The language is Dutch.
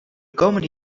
komende